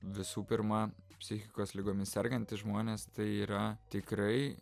visų pirma psichikos ligomis sergantys žmonės tai yra tikrai